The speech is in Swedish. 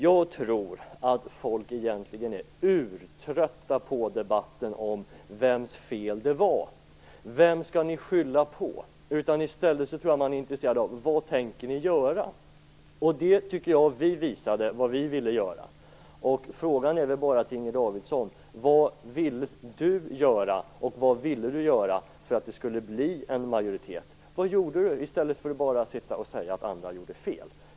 Jag tror att folk egentligen är urtrötta på debatten om vems fel det var. Vem skall ni skylla på? I stället tror jag att folk är intresserade av vad ni tänker göra. Jag tycker att vi visade vad vi ville göra. Frågan till Inger Davidson blir: Vad vill Inger Davidson göra och vad ville hon göra för att de skulle bli en majoritet? Vad gjorde hon i stället för att bara säga att andra gjorde fel?